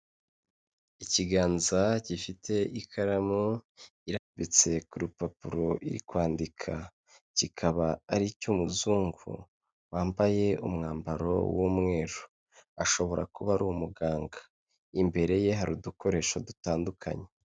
Ikiganza gifite ikaramu irambitse ku rupapuro iri kwandika, kikaba ari icy'umuzungu wambaye umwambaro w'umweru, ashobora kuba ari umuganga. Imbere ye hari udukoresho dutandukanye.